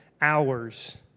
hours